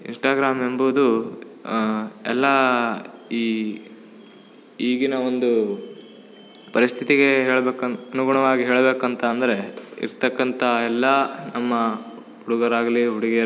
Instagram ಎಂಬುದು ಎಲ್ಲ ಈ ಈಗಿನ ಒಂದು ಪರಿಸ್ಥಿತಿಗೆ ಹೇಳ್ಬೇಕನ್ ಅನುಗುಣವಾಗಿ ಹೇಳಬೇಕಂತ ಅಂದರೆ ಇರ್ತಕಂಥ ಎಲ್ಲಾ ನಮ್ಮ ಹುಡುಗರಾಗಲಿ ಹುಡುಗಿಯರಾಗಲಿ